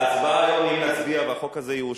בהצבעה, ראוי להצביע והחוק הזה יאושר.